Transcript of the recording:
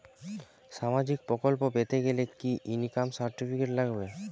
সামাজীক প্রকল্প পেতে গেলে কি ইনকাম সার্টিফিকেট লাগবে?